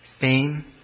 fame